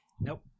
Nope